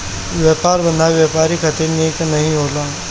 व्यापार बाधाएँ व्यापार खातिर निक नाइ होला